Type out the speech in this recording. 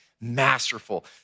masterful